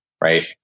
right